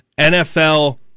NFL